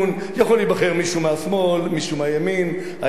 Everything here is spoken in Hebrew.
יכול להיבחר מישהו מהשמאל, מישהו מהימין, העיקר